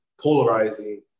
polarizing